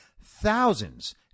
thousands